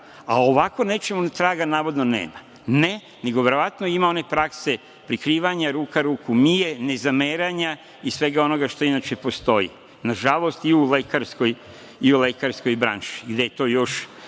a ovako nečemu traga navodno nema. Ne, nego verovatno ima one prakse prikrivanja, ruka ruku mije, nezameranja i svega onoga što inače postoji, nažalost i u lekarskoj branši gde je to još